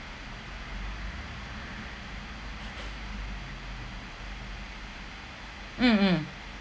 mm mm